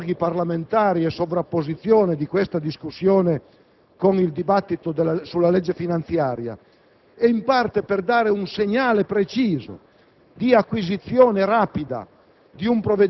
e che, in parte per evitare ingorghi parlamentari e sovrapposizione di questa discussione con il dibattito sulla legge finanziaria e, in parte per dare un segnale preciso